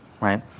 right